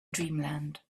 dreamland